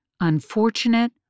Unfortunate